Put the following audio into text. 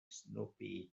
snoopy